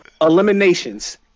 eliminations